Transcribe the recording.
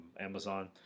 amazon